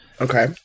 Okay